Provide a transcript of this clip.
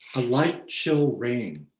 a light show rain,